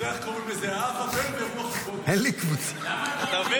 אין לי קבוצה.